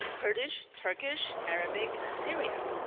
kurdish, turkish, arabic, syriac.